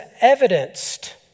evidenced